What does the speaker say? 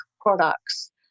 products